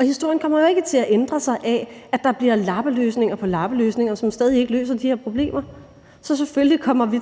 historien kommer jo ikke til at ændre sig af, at der bliver lappeløsninger på lappeløsninger, som stadig ikke løser de her problemer. Så selvfølgelig kommer vi,